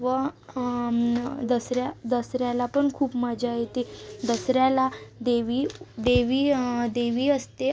व दसऱ्या दसऱ्याला पण खूप मजा येते दसऱ्याला देवी देवी देवी असते